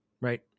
right